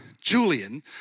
Julian